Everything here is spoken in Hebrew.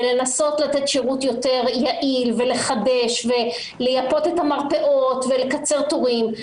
ולנסות לתת שירות יותר יעיל ולחדש וליפות את המרפאות ולקצר תורים.